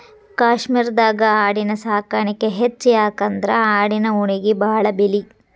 ಕಾಶ್ಮೇರದಾಗ ಆಡಿನ ಸಾಕಾಣಿಕೆ ಹೆಚ್ಚ ಯಾಕಂದ್ರ ಆಡಿನ ಉಣ್ಣಿಗೆ ಬಾಳ ಬೆಲಿ